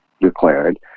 declared